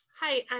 Hi